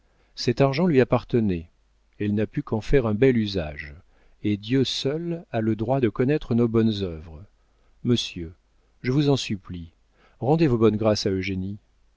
cet argent lui appartenait elle n'a pu qu'en faire un bel usage et dieu seul a le droit de connaître nos bonnes œuvres monsieur je vous en supplie rendez vos bonnes grâces à eugénie